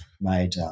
made